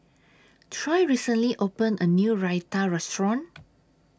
Troy recently opened A New Raita Restaurant